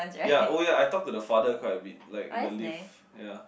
ya oh ya I talk to the father quite a bit like in the lift ya